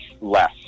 less